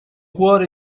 cuore